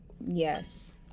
yes